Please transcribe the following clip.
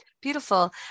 Beautiful